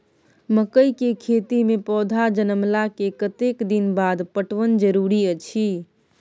मकई के खेती मे पौधा जनमला के कतेक दिन बाद पटवन जरूरी अछि?